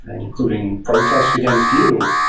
including protest against you,